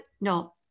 no